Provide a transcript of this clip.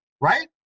right